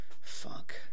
fuck